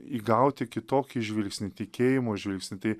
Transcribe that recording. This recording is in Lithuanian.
įgauti kitokį žvilgsnį tikėjimo žvilgsnį tai